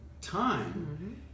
time